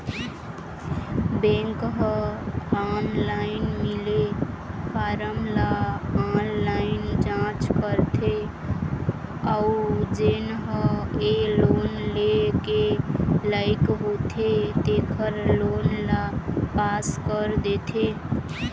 bank ह online मिले form ल ऑनलाईन जाँच करथे अउ जेन ह ए लोन लेय के लइक होथे तेखर लोन ल पास कर देथे